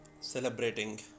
celebrating